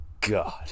god